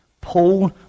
Paul